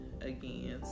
again